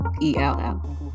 E-L-L